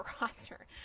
roster